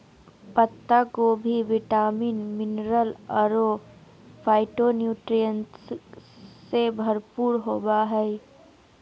पत्ता गोभी vitamin, mineral अरो फाइटोन्यूट्रिएंट्स से भरपूर होबा हइ